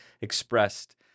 expressed